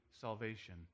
salvation